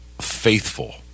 faithful